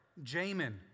Jamin